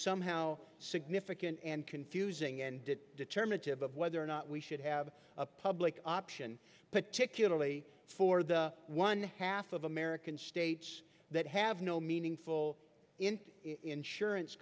somehow significant and confusing and determinative of whether or not we should have a public option particularly for the one half of american states that have no meaningful insurance